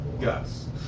Yes